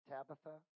Tabitha